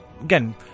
again